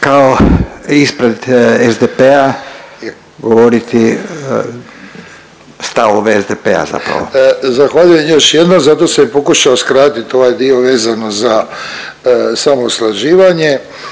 kao ispred SDP-a govoriti stavove SDP-a zapravo. **Ostojić, Ranko (SDP)** Zahvaljujem još jednom zato sam i pokušao skratit ovaj dio vezano za samo usklađivanje.